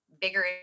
bigger